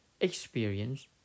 experience